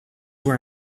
were